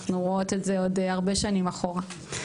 אנחנו רואות את זה עוד הרבה שנים אחורה.